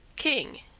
king,